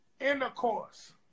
Intercourse